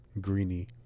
Greeny